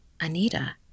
Anita